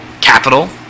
capital